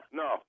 no